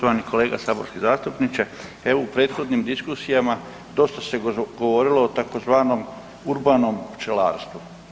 Poštovani kolega saborski zastupniče, evo u prethodnim diskusijama dosta se govorilo o tzv. urbanom pčelarstvu.